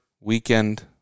weekend